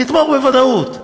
תתמוך בוודאות.